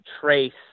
trace